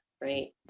right